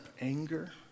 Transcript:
anger